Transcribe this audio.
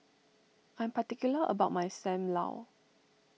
I'm particular about my Sam Lau